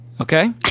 Okay